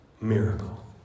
miracle